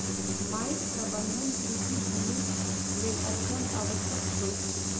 माइट प्रबंधन कृषि भूमिक लेल अत्यंत आवश्यक होइत अछि